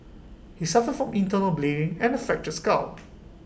he suffered from internal bleeding and A fractured skull